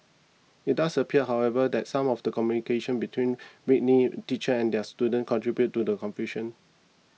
it does appear however that some of the communication between Whitley teachers and their students contributed to the confusion